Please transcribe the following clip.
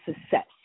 success